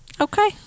Okay